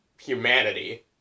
humanity